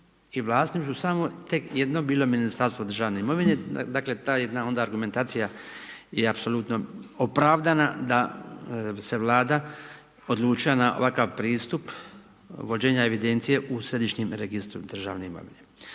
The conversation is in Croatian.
i vlasništvu samo tek jedno bilo Ministarstvo državne imovine. Dakle, ta jedna onda argumentacija je apsolutno opravdana da se Vlada odlučila na ovakav pristup vođenja evidencije u Središnjem registru državne imovine